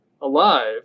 alive